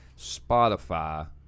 spotify